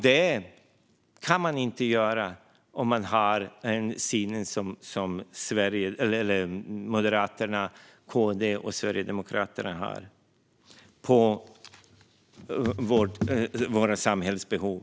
Det kan man inte göra om man har den syn som Moderaterna, KD och Sverigedemokraterna har på våra samhällsbehov.